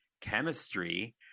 chemistry